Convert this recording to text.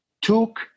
took